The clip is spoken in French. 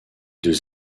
deux